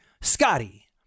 Scotty